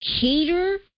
cater